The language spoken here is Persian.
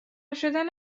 شدن